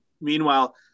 meanwhile